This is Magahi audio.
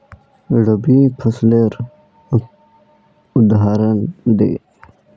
रवि फसलेर उदहारण दे?